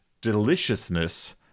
deliciousness